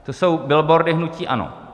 To jsou billboardy hnutí ANO.